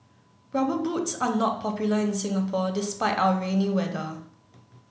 rubber boots are not popular in Singapore despite our rainy weather